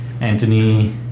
Anthony